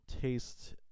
taste